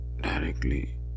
directly